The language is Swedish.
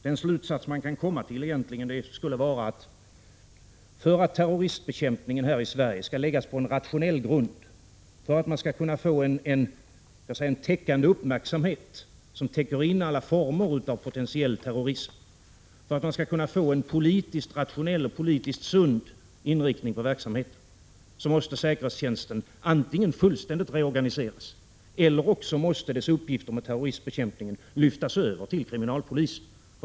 Den slutsats man kan dra skulle egentligen vara att för att terroristbekämpningen här i Sverige skall läggas på en rationell grund — för att man skall kunna få låt mig säga en täckande uppmärksamhet, som täcker in alla former av potentiell terrorism, för att man skall kunna få en politiskt rationell och politiskt sund inriktning av verksamheten — måste säkerhetstjänsten antingen fullt reorganiseras, eller också måste dess uppgifter i fråga om terroristbekämpningen lyftas över till kriminalpolisen.